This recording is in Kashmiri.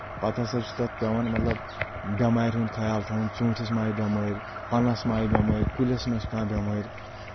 پتہٕ ہسا چھِ تَتھ پیٚوان مطلب بؠمارِ ہُنٛد خیال تھاوُن ژوٗنٛٹھِس ما آیہِ بؠمٲر پنس ما آیہِ بؠمٲر کُلِس مہ چھِ کانٛہہ بؠمٲر